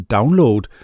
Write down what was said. Download